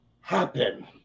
happen